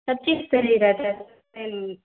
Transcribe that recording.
पच्चीस चलेगा सर